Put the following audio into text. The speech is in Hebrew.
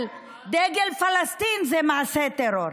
אבל דגל פלסטין זה מעשה טרור.